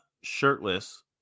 shirtless